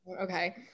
Okay